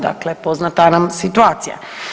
Dakle, poznata nam situacija.